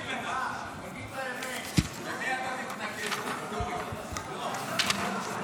למי אתה מתנגד, ואטורי.